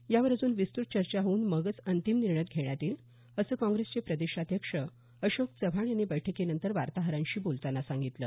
यावर अजून विस्तुत चर्चा होऊन मगच अंतिम निर्णय घेण्यात येईल असं काँग्रेसचे प्रदेशाध्यक्ष अशोक चव्हाण यांनी बैठकीनंतर वार्ताहरांशी बोलतांना सांगितलं